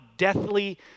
deathly